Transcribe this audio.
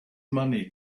money